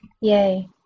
Yay